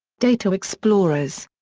dataexplorers.